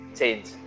change